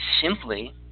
Simply